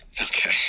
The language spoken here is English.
Okay